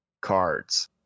cards